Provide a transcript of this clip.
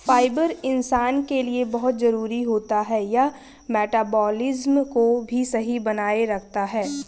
fibre इंसान के लिए बहुत जरूरी होता है यह मटबॉलिज़्म को भी सही बनाए रखता है